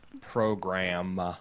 program